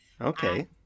Okay